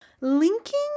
Linking